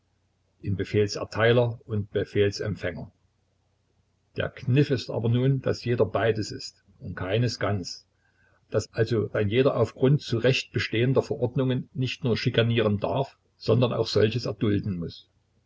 in befehlserteiler und befehlsempfänger der kniff ist aber nun daß jeder beides ist und keines ganz daß also ein jeder auf grund zu recht bestehender verordnungen nicht nur schikanieren darf sondern auch solches erdulden muß